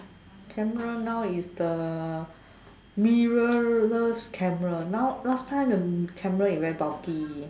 camera now is the mirrorless camera now last time the camera is very bulky